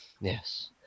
yes